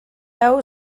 hau